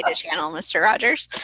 ah channel mr. rogers.